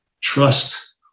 trust